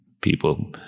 people